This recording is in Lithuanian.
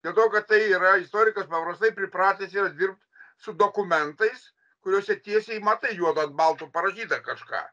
dėl to kad tai yra istorikas paprastai pripratęs yra dirbt su dokumentais kuriuose tiesiai matai juodu ant balto parašyta kažką